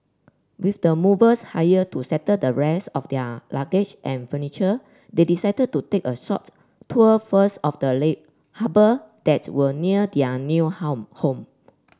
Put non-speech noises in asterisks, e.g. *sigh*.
with the movers hired to settle the rest of their luggage and furniture they decided to take a short tour first of the *unintelligible* harbour that were near their new *unintelligible* home